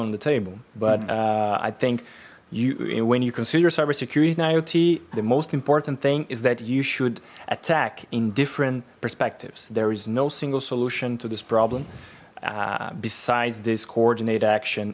on the table but i think you and when you consider cybersecurity iot the most important thing is that you should attack in different perspectives there is no single solution to this problem besides this coordinate action